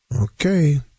Okay